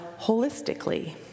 holistically